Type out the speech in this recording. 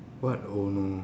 what oh no